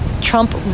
Trump